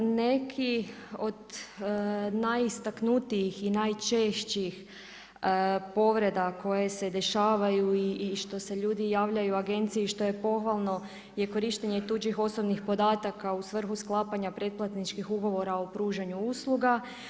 Neki od najistaknutijih i najčešćih povreda koje se dešavaju i što se ljudi javljaju Agenciji što je pohvalno je korištenje tuđih osobnih podataka u svrhu sklapanja pretplatničkih ugovora o pružanju usluga.